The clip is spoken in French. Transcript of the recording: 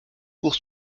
cours